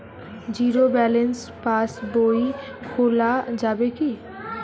Zero balance পাশ বই খোলা যাবে কি?